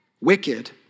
wicked